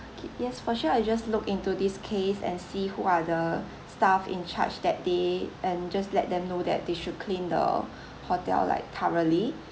okay yes for sure I just look into this case and see who are the staff in charge that day and just let them know that they should clean the hotel like thoroughly